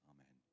Amen